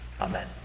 Amen